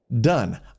done